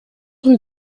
rue